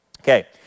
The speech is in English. Okay